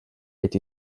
est